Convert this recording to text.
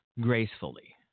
gracefully